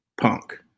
Punk